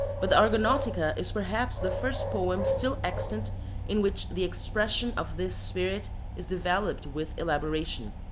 but the argonautica is perhaps the first poem still extant in which the expression of this spirit is developed with elaboration.